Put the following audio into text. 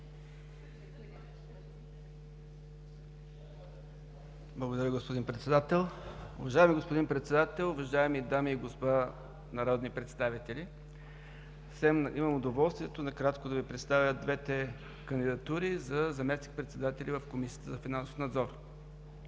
Благодаря, господин Председател. Уважаеми господин Председател, уважаеми дами и господа народни представители! Имам удоволствието накратко да Ви представя двете кандидатури за заместник-председатели в Комисията за финансов надзор.